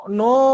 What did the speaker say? no